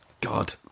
God